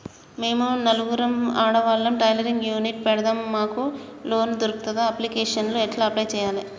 మేము నలుగురం ఆడవాళ్ళం టైలరింగ్ యూనిట్ పెడతం మాకు లోన్ దొర్కుతదా? అప్లికేషన్లను ఎట్ల అప్లయ్ చేయాలే?